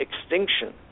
extinction